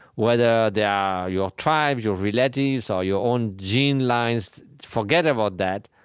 whether they are your tribe, your relatives, or your own gene lines forget about that.